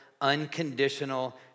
unconditional